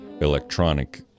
electronic